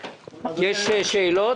יש שאלות?